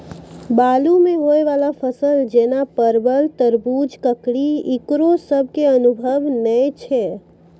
बालू मे होय वाला फसल जैना परबल, तरबूज, ककड़ी ईकरो सब के अनुभव नेय छै?